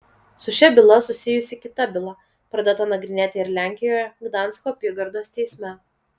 su šia byla susijusi kita byla pradėta nagrinėti ir lenkijoje gdansko apygardos teisme